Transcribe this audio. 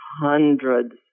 hundreds